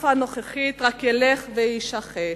בתקופה הנוכחית רק ילך ויישחק.